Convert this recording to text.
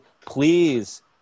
please